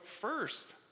first